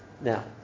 Now